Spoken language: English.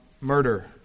murder